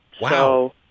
Wow